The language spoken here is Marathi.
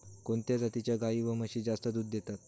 कोणत्या जातीच्या गाई व म्हशी जास्त दूध देतात?